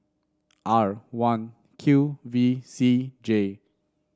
R one Q V C J